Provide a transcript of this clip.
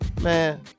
man